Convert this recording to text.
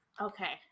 Okay